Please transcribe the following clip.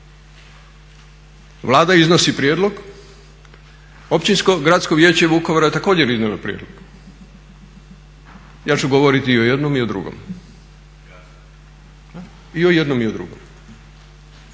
Vlada iznosi prijedlog, Općinsko gradsko vijeće Vukovara također je iznijelo prijedlog. Ja ću govoriti i o jednom i o drugom. Zato što se